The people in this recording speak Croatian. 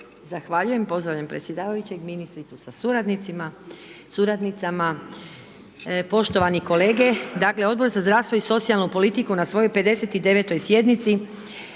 Zahvaljujem. Pozdravljam predsjedavajućeg, ministricu sa suradnicima, suradnicama, poštovani kolege. Dakle Odbor za zdravstvo i socijalnu politiku na svojoj 59. sjednici